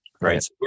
right